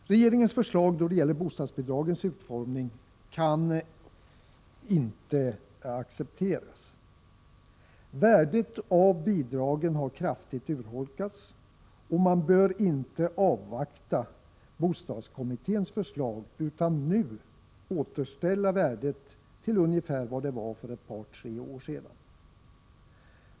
Regeringens förslag då det gäller bostadsbidragens utformning kan inte accepteras. Värdet av bidragen har kraftigt urholkats, och man bör inte avvakta bostadskommitténs förslag utan nu återställa värdet till ungefär vad det var för ett par tre år sedan.